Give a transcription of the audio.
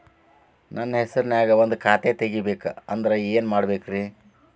ನನ್ನ ಹೆಸರನ್ಯಾಗ ಒಂದು ಖಾತೆ ತೆಗಿಬೇಕ ಅಂದ್ರ ಏನ್ ಮಾಡಬೇಕ್ರಿ?